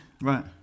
Right